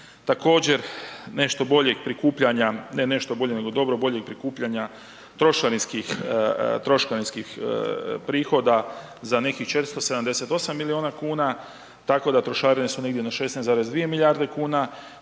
ne nešto boljeg, nego dobro boljeg prikupljanja trošarinskih prihoda za nekih 478 milijuna kuna, tako da trošarine su negdje na 16,2 milijarde kuna